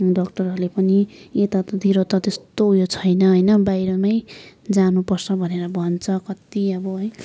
डक्टरहरूले पनि यतातिर त त्यस्तो उयो छैन होइन बाहिर नै जानुपर्छ भनेर भन्छ कति अब है